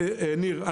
ניר,